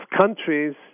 countries